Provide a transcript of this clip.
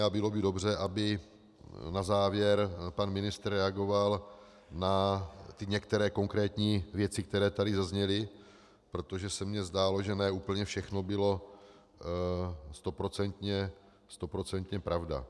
A bylo by dobře, aby na závěr pan ministr reagoval na některé konkrétní věci, které tady zazněly, protože se mně zdálo, že ne úplně všechno byla stoprocentně pravda.